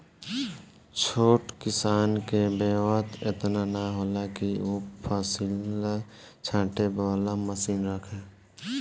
छोट किसान के बेंवत एतना ना होला कि उ फसिल छाँटे वाला मशीन रखे